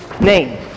name